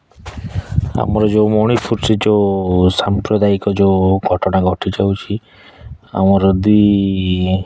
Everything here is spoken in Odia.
ଆମର ଯେଉଁ ମଣିପୁରଠି ଯେଉଁ ସାମ୍ପ୍ରଦାୟିକ ଯେଉଁ ଘଟଣା ଘଟିଯାଉଛି ଆମର ଦି